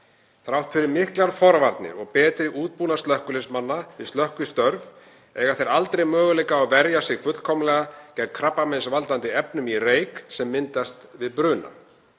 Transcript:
Þrátt fyrir miklar forvarnir og betri útbúnað slökkviliðsmanna við slökkvistörf eiga þeir aldrei möguleika á að verja sig fullkomlega gegn krabbameinsvaldandi efnum í reyk sem myndast við bruna.